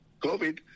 covid